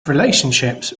relationships